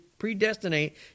predestinate